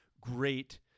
great